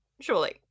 Surely